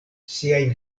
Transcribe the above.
siajn